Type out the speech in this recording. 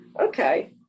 Okay